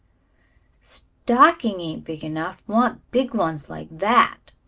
stocking ain't big enough want big ones, like that,